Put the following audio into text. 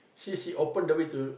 she she open the way to